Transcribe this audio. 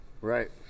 Right